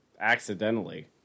accidentally